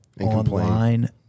online